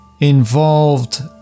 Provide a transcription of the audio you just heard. involved